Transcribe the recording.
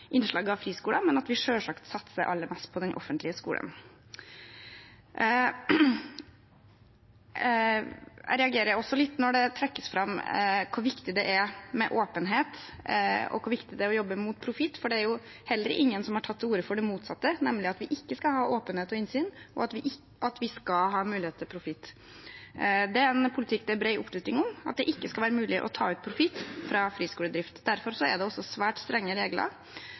innslag av friskoler, men at vi selvsagt satser aller mest på den offentlige skolen. Jeg reagerer også litt når det trekkes fram hvor viktig det er med åpenhet, og hvor viktig det er å jobbe mot profitt, for det er ingen som har tatt til orde for det motsatte – nemlig at vi ikke skal ha åpenhet og innsyn, og at vi skal ha mulighet til profitt. At det ikke skal være mulig å ta ut profitt fra friskoledrift, er en politikk det er bred oppslutning om. Derfor er det også svært strenge regler.